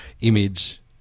image